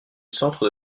centre